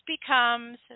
becomes